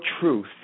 truth